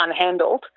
unhandled